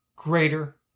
greater